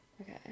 Okay